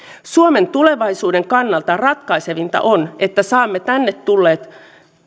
suomen tulevaisuuden kannalta ratkaisevinta on että saamme tänne tulleet